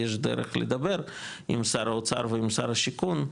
יש דרך לדבר עם שר האוצר ועם שר השיכון,